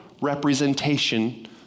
representation